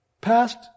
past